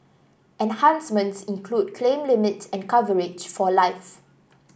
enhancements include claim limits and coverage for life